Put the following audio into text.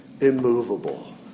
immovable